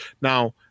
Now